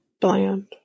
bland